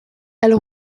elle